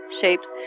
shaped